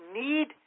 need